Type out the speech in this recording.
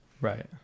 right